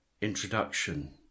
introduction